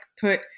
put